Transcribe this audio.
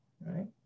Right